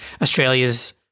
Australia's –